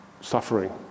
suffering